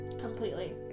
Completely